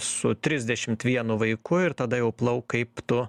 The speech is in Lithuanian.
su trisdešimt vienu vaiku ir tada jau plauk kaip tu